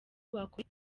wakora